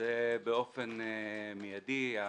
באופן מיידי.